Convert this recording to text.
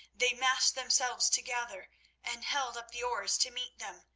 they massed themselves together and held up the oars to meet them.